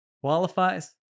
qualifies